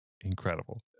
Incredible